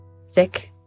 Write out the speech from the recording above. sick